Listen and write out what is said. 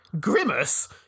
Grimace